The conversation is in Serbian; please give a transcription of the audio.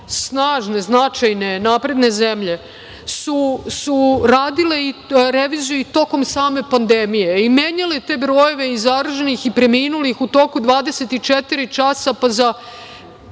snažne, značajne, napredne zemlje su radile i reviziju i tokom same pandemije i menjale te brojeve i zaraženih i preminulih u toko 24 časa za